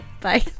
Bye